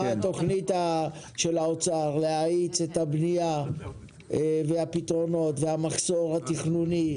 מה התכנית של האוצר להאיץ את הבניה והפתרונות והמחסור התכנוני.